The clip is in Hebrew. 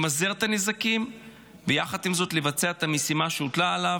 למזער את הנזקים ויחד עם זאת לבצע את המשימה שהוטלה עליו.